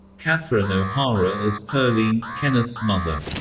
catherine o'hara as pearline, kenneth's mother.